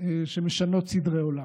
שמשנות סדרי עולם?